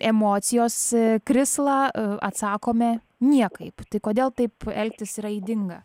emocijos krislą atsakome niekaip kodėl taip elgtis yra ydinga